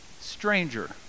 Stranger